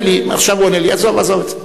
עזוב את זה.